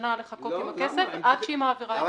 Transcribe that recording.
שנה לחכות עם הכסף עד שהיא מעבירה